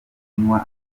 kunywa